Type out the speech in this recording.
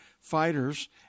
fighters